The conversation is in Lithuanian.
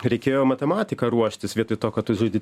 reikėjo matematiką ruoštis vietoj to kad tu žaidi